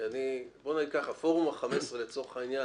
פורום ה-15 מבחינתי,